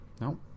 No